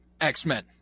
X-Men